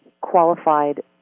qualified